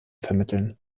vermitteln